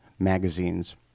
magazines